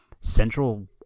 Central